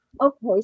Okay